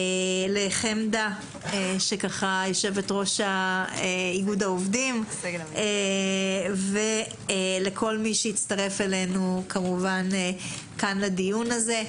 לחמדה יושבת-ראש איגוד העובדים ולכל מי שהצטרף אלינו כאן לדיון הזה.